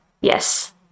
Yes